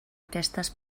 aquestes